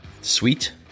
Sweet